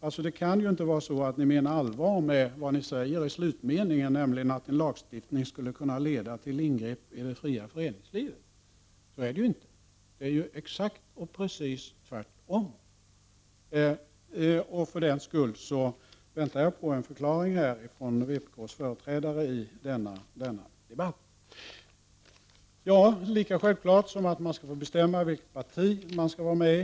Ni kan väl ändå inte mena allvar med det ni säger i slutmeningen, nämligen att en lagstiftning skulle kunna leda till ingrepp i det fria föreningslivet. Så är det ju inte. I stället förhåller det sig precis tvärtom. Därför väntar jag på en förklaring från vpk:s företrädare i denna debatt. Det är självklart att man skall få bestämma vilket parti man vill vara med i.